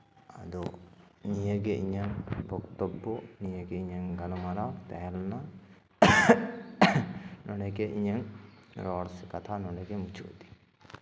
ᱟᱫᱚ ᱱᱤᱭᱟᱹᱜᱮ ᱤᱧᱟᱹᱝ ᱵᱚᱠᱛᱚᱵᱵᱚ ᱱᱤᱭᱟᱹᱜᱮ ᱤᱧᱟᱹᱝ ᱜᱟᱞᱢᱟᱨᱟᱣ ᱛᱟᱦᱮᱸ ᱞᱮᱱᱟ ᱱᱚᱰᱮᱜᱮ ᱤᱧᱟᱹᱝ ᱨᱚᱲ ᱥᱮ ᱠᱟᱛᱷᱟ ᱱᱚᱰᱮᱜᱮ ᱢᱩᱪᱟᱹᱫ ᱮᱫᱟᱹᱧ